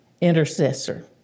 intercessor